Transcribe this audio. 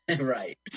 Right